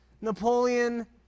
Napoleon